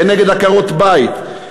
כנגד עקרות-בית,